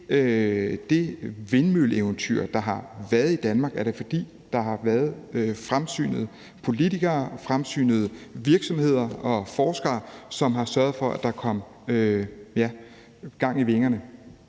det vindmølleeventyr, vi har haft i Danmark, har skyldtes, at der har været fremsynede politikere, virksomheder og forskere, som har sørget for, at der kom gang i vingerne.